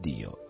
Dio